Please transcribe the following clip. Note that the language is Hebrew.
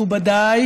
מכובדיי